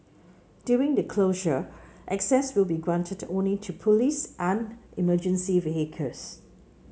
during the closure access will be granted only to police and emergency vehicles